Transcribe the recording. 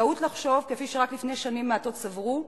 טעות לחשוב, כפי שרק לפני שנים מעטות סברו,